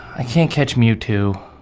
i can't catch mewtwo.